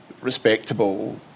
respectable